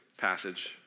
passage